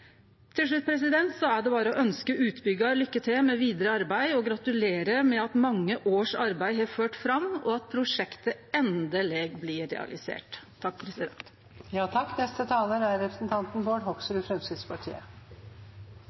Til slutt er det berre å ønske utbyggjaren lykke til med vidare arbeid og gratulere med at mange års arbeid har ført fram, og at prosjektet endeleg blir realisert. Jeg er litt usikker på hvor klar Stortinget er